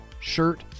shirt